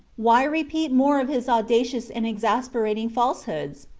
why repeat more of his audacious and exasperating falsehoods?